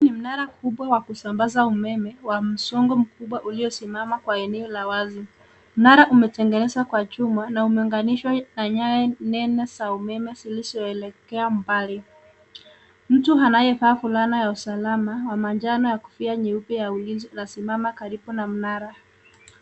Huu ni mnara mkubwa wa kusambaza umeme, wa msongo mkubwa uliosimama kwa eneo la wazi. Mnara umetengenezwa kwa chuma, na umeunganishwa na nyaya nene za umeme zilizoelekea mbali. Mtu anayevaa fulana ya usalama wa majano na kofia nyeupe ya ulinzi anasimama karibu na mnara.